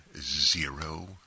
zero